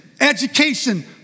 education